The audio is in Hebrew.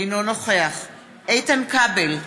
אינו נוכח איתן כבל,